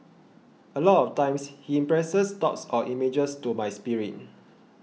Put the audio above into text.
a lot of times he impresses thoughts or images to my spirit